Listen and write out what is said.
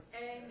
Amen